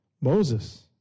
Moses